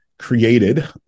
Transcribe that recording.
created